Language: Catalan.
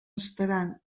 restaran